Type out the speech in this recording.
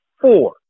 Four